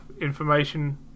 information